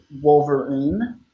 wolverine